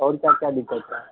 और क्या क्या दिक्कत है